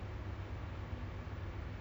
dapat kerja